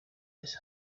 his